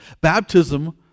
Baptism